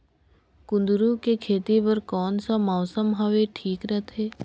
कुंदूरु के खेती बर कौन सा मौसम हवे ठीक रथे?